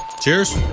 Cheers